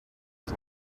his